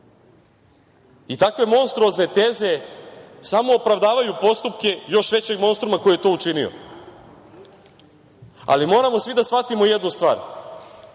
Takve monstruozne teze samo opravdavaju postupke još većeg monstruma koji je to učinio. Moramo svi da shvatimo jednu stvar.